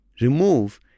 remove